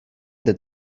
that